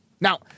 Now